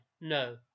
No